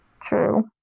True